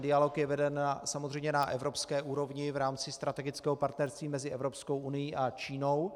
Dialog je veden samozřejmě na evropské úrovni v rámci strategického partnerství mezi Evropskou unií a Čínou.